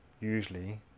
usually